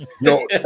No